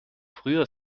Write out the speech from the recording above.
früher